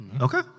Okay